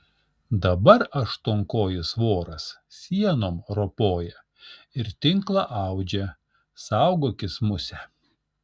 dabar aštuonkojis voras sienom ropoja ir tinklą audžia saugokis muse